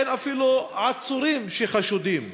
אין אפילו עצורים שחשודים.